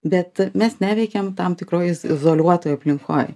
bet mes neveikėm tam tikroj iz izoliuotoj aplinkoj